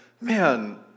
man